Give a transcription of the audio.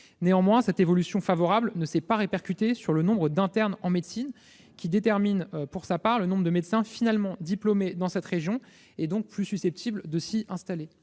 Néanmoins, cette évolution favorable ne s'est pas répercutée sur le nombre d'internes en médecine, qui détermine pour sa part le nombre de médecins finalement diplômés dans cette région et plus susceptibles de s'y installer.